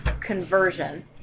conversion